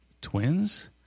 twins